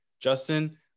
Justin